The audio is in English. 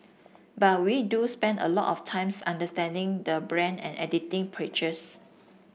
but we do spend a lot of times understanding the brand and editing pictures